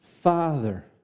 Father